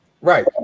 right